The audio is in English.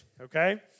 okay